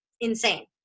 insane